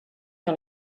que